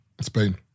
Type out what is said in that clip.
Spain